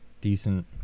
decent